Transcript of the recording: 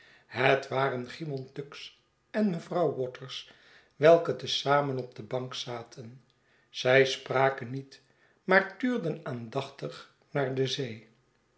het waren cymon tuggs en mevrouw waters welke te zamen op de bank zaten zij spraken niet maar tuurden aandachtig naar de zee